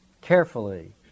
carefully